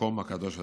למקום הקדוש הזה.